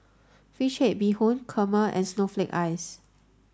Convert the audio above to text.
fish head bee hoon Kurma and snowflake ice